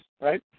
right